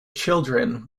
children